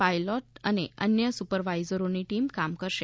pilot અને અન્ય supervisors team કામ કરશે